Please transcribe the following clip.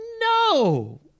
no